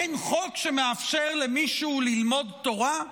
אין חוק שמאפשר למישהו ללמוד תורה.